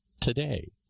today